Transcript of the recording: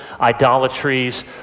idolatries